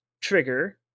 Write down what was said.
trigger